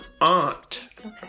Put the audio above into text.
aunt